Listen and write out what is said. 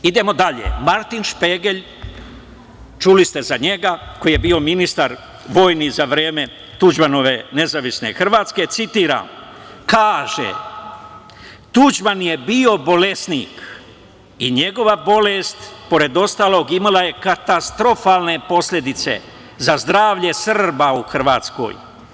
Idemo dalje, Martin Špegelj, čuli ste za njega, koji je bio ministar vojni za vreme Tuđmanove Nezavisne Hrvatske kaže – Tuđman je bio bolesnik i njegova bolest pored ostalog imala je katastrofalne posledice za zdravlje Srba u Hrvatskoj.